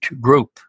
group